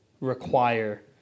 require